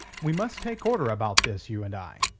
we must take order about this, you and i.